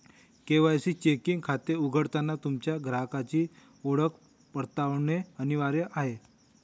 KYC checking खाते उघडताना तुमच्या ग्राहकाची ओळख पडताळणे अनिवार्य आहे